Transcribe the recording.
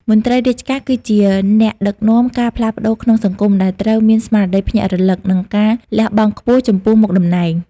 មន្ត្រីរាជការគឺជាអ្នកដឹកនាំការផ្លាស់ប្តូរក្នុងសង្គម ដែលត្រូវមានស្មារតីភ្ញាក់រលឹក និងការលះបង់ខ្ពស់ចំពោះមុខតំណែង។